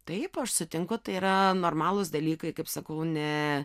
taip aš sutinku tai yra normalūs dalykai kaip sakau ne